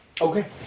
Okay